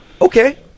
okay